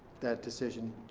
that decision,